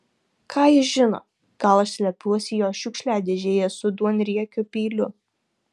ką jis žino gal aš slepiuosi jo šiukšliadėžėje su duonriekiu peiliu